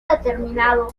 determinado